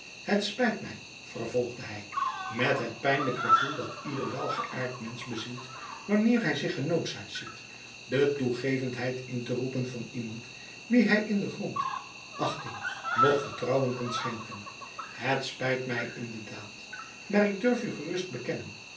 het spijt my vervolgde hy met het pijnlijk gevoel dat ieder welgeaart mensch bezielt wanneer hy zich genoodzaakt ziet de toegevendheid in te roepen van iemand wien hy in den grond achting noch vertrouwen kan schenken het spijt my in de daad maar ik durf u gerust